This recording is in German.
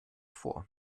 vor